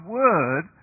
word